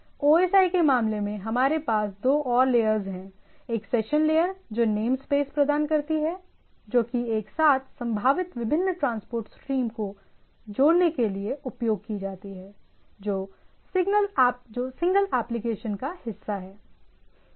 OSI के मामले में हमारे पास दो और लेयर्स हैं एक सेशन लेयर जो नेम स्पेस प्रदान करती है जो कि एक साथ संभावित विभिन्न ट्रांसपोर्ट स्ट्रीम को जोड़ने के लिए उपयोग की जाती है जो सिंगल एप्लीकेशन का हिस्सा हैं